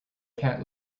cat